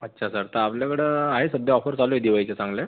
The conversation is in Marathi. अच्छा सर तर आपल्याकडं आहे सध्या ऑफर चालू आहे दिवाळीच्या चांगल्या